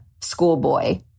schoolboy